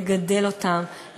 לגדל אותם,